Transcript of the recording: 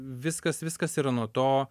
viskas viskas yra nuo to